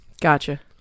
Gotcha